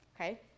okay